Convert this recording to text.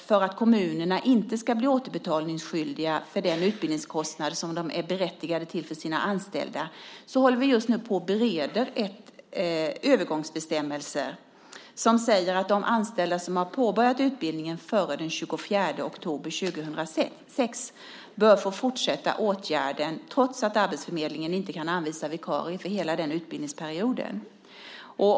För att kommunerna inte ska bli återbetalningsskyldiga för den utbildningskostnad som de är berättigade till för sina anställda håller vi just nu på och bereder övergångsbestämmelser som säger att de anställda som har påbörjat utbildningen före den 24 oktober 2006 bör få fortsätta utbildningen trots att arbetsförmedlingen inte kan anvisa vikarier för hela utbildningsperioden.